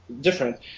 different